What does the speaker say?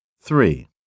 Three